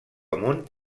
amunt